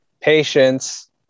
patience